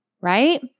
right